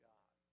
God